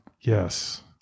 Yes